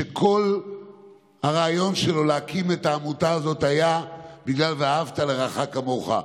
שכל הרעיון שלו להקים את העמותה הזאת היה בגלל "ואהבת לרעך כמוך".